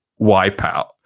wipeout